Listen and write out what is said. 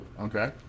okay